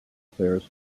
affairs